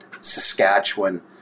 Saskatchewan